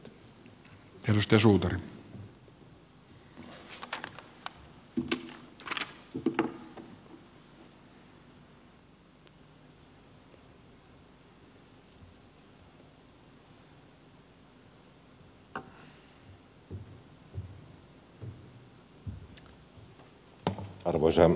arvoisa herra puhemies